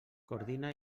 coordina